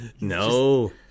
no